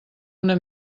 una